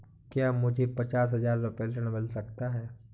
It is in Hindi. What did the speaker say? क्या मुझे पचास हजार रूपए ऋण मिल सकता है?